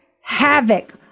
havoc